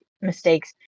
mistakes